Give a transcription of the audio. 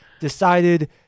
decided